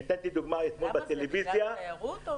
זה בגלל התיירות?